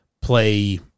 play